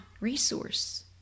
Resource